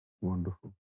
Wonderful